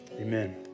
Amen